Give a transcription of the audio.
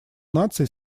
наций